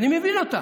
אני מבין אותם,